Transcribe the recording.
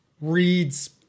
reads